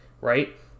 right